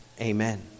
Amen